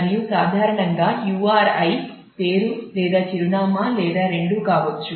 మరియు సాధారణంగా URI పేరు లేదా చిరునామా లేదా రెండూ కావచ్చు